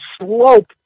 slope